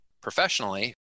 professionally